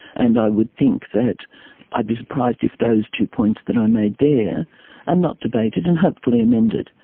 and i would think that i'd be surprised if those two points that i made there are not debated and hopefully amended.